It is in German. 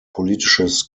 politisches